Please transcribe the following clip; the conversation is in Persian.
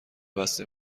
بسته